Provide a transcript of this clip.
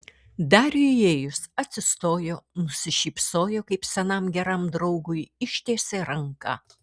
dariui įėjus atsistojo nusišypsojo kaip senam geram draugui ištiesė ranką